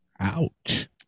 Ouch